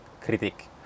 critic